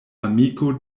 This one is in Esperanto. amiko